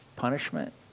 punishment